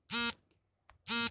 ಮಣ್ಣಿನಲ್ಲಿ ಎಷ್ಟು ವಿಧಗಳಿವೆ?